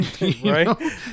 Right